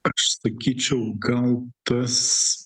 aš sakyčiau gal tas